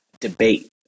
debate